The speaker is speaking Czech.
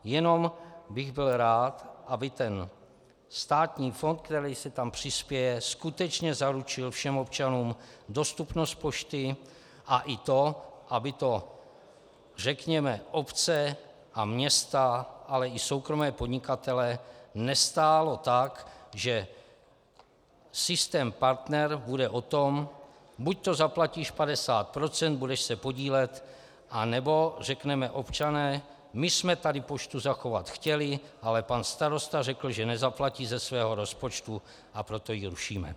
Jenom bych byl rád, aby státní fond, který tam přispěje, skutečně zaručil všem občanům dostupnost pošty i to, aby to řekněme obce a města, ale i soukromé podnikatele nestálo tak, že systém partner bude o tom: buď zaplatíš 50 %, budeš se podílet, nebo řekneme: občané, my jsme tady poštu zachovat chtěli, ale pan starosta řekl, že nezaplatí ze svého rozpočtu, a proto ji zrušíme.